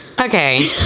okay